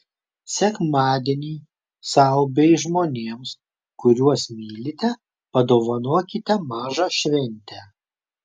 sekmadienį sau bei žmonėms kuriuos mylite padovanokite mažą šventę